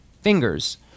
fingers